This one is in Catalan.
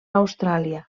austràlia